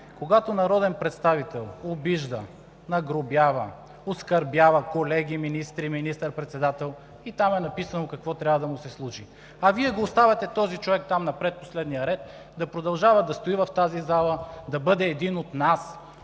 Когато народен представител обижда, нагрубява, оскърбява колеги, министри, министър председател, там е написано какво трябва да му се случи. А Вие оставяте този човек там, на предпоследния ред, да продължава да стои в тази зала, да бъде един от нас,